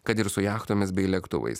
kad ir su jachtomis bei lėktuvais